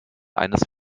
eines